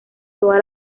toda